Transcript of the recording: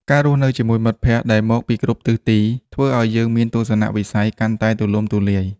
ការរស់នៅជាមួយមិត្តភក្តិដែលមកពីគ្រប់ទិសទីធ្វើឲ្យយើងមានទស្សនៈវិស័យកាន់តែទូលំទូលាយ។